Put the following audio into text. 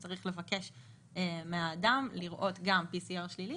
הוא צריך לבקש מהאדם לראות גם PCR שלילי